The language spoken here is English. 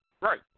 Right